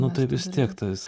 nu tai vis tiek tas